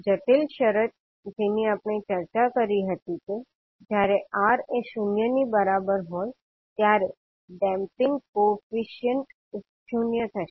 જટિલ શરત જેની આપણે ચર્ચા કરી હતી કે જ્યારે R એ 0 ની બરાબર હોય ત્યારે ડેમ્પિંગ કોફિશિયંટ 0 થશે